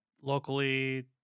locally